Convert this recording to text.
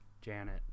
Janet